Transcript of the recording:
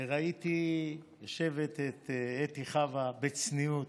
וראיתי את אתי חוה יושבת בצניעות,